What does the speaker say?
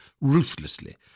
ruthlessly